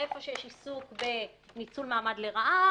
איפה שיש עיסוק בניצול מעמד לרעה,